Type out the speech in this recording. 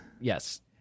Yes